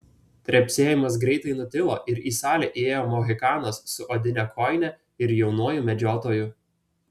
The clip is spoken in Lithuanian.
trepsėjimas greitai nutilo ir į salę įėjo mohikanas su odine kojine ir jaunuoju medžiotoju